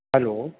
hello